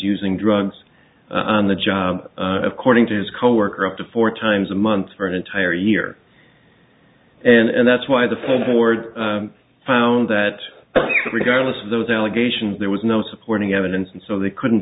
using drugs on the job according to his coworker up to four times a month for an entire year and that's why the foam board found that regardless of those allegations there was no supporting evidence and so they couldn't